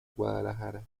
guadalajara